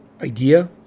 idea